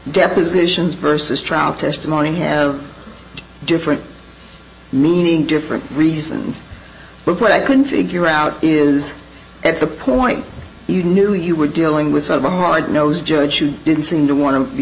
depositions versus trial testimony have different meaning different reasons but what i can figure out is at the point you knew you were dealing with a hard nosed judge you didn't seem to want to be